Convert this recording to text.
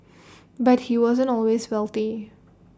but he wasn't always wealthy